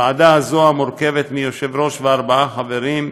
הוועדה הזאת, שחברים בה יושב-ראש וארבעה חברים,